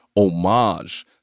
homage